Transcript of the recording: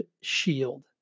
shield